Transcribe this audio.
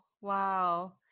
Wow